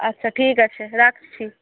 আচ্ছা ঠিক আছে রাখছি